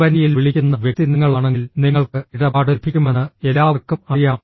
കമ്പനിയിൽ വിളിക്കുന്ന വ്യക്തി നിങ്ങളാണെങ്കിൽ നിങ്ങൾക്ക് ഇടപാട് ലഭിക്കുമെന്ന് എല്ലാവർക്കും അറിയാം